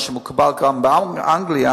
כפי שמקובל גם באנגליה,